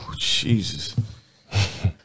Jesus